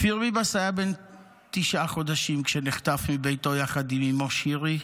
כפיר ביבס היה בן תשעה חודשים כשנחטף מביתו יחד עם אימו שירי,